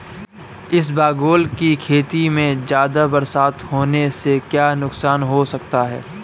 इसबगोल की खेती में ज़्यादा बरसात होने से क्या नुकसान हो सकता है?